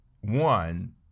one